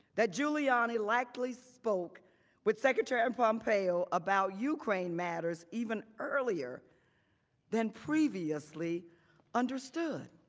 that giuliani likely spoke with secretary and pompeo about ukraine matters even earlier than previously understood.